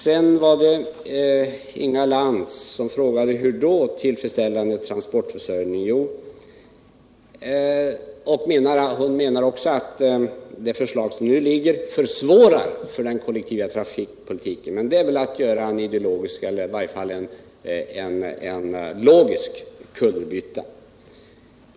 Inga Lantz ställde en fråga angående tillfredsställande transportförsörjning. Hon menade att det förslag som nu ligger försvårar den kollektiva trafikpolitiken. Det är väl ändå att göra en logisk kullerbytta!